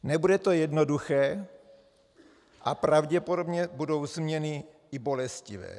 Nebude to jednoduché a pravděpodobně budou změny i bolestivé.